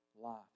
life